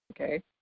Okay